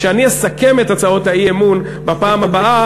כשאני אסכם את הצעות האי-אמון בפעם הבאה,